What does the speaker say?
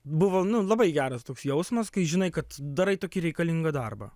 buvo nu labai geras toks jausmas kai žinai kad darai tokį reikalingą darbą